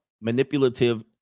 manipulative